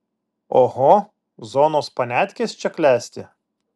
oho zonos paniatkės čia klesti